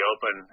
Open